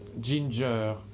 ginger